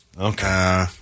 Okay